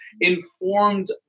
informed